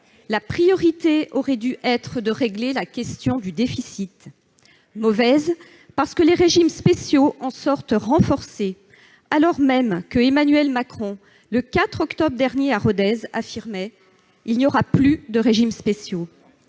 La priorité aurait dû être de régler la question du déficit ! Mauvaise, parce que les régimes spéciaux en sortent renforcés, alors même qu'Emmanuel Macron, le 4 octobre dernier à Rodez, affirmait :« Il n'y aura plus de régimes spéciaux.